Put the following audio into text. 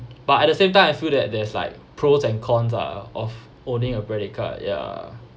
but at the same time I feel that there's like pros and cons ah of owning a credit card ya